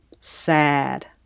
sad